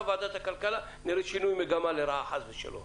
ועדת הכלכלה נראה שינוי מגמה לרעה חס ושלום.